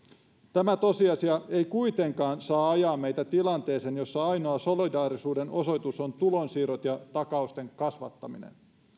tämä tosiasia ei kuitenkaan saa ajaa meitä tilanteeseen jossa ainoa solidaarisuuden osoitus on tulonsiirrot ja takausten kasvattaminen